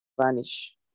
vanish